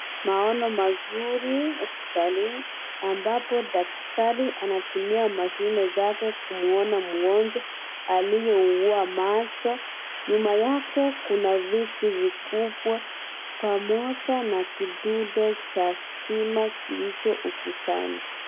Maono mazuri hospitalini, ambapo daktari anatumia mashine zake kumuona mgonjwa, qaliyeua macho. Nyuma yake, kuna viti vikubwa pamoja na kidude cha stima kilicho ukutani.